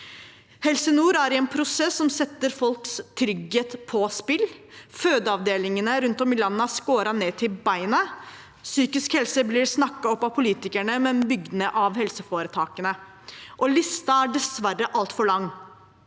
Helse nord er i en prosess som setter folks trygghet på spill. Fødeavdelingene rundt om i landet er skåret ned til beinet. Psykisk helse blir snakket opp av politikerne, men bygd ned av helseforetakene. Listen er dessverre altfor lang.